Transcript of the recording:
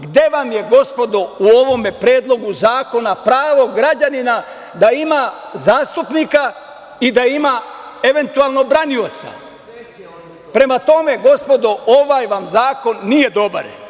Gde vam je, gospodo, u ovom Predlogu zakona pravo građanina da ima zastupnika i da ima, eventualno, branioca? (Vjerica Radeta: Sve će oni to.) Prema tome, gospodo, ovaj vam zakon nije dobar.